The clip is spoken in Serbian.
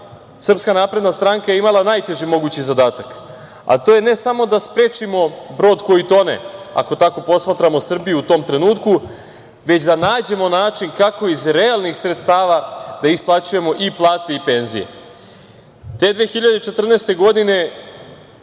promene vlasti SNS je imala najteži mogući zadatak, a to je ne samo da sprečimo brod koji tone, ako tako posmatramo Srbiju u tom trenutku, već da nađemo način kako iz realnih sredstava da isplaćujemo i plate i penzije. Te 2014. godine